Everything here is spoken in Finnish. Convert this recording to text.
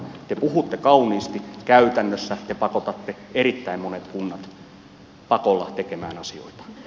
te puhutte kauniisti käytännössä te pakotatte erittäin monet kunnat pakolla tekemään asioita